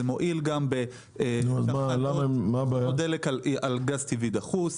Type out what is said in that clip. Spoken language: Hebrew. זה מועיל גם ב- -- דלק על גז טבעי דחוס.